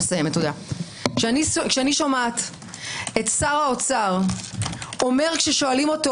כשאני שומעת את שר האוצר אומר כששואלים אותו